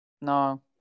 No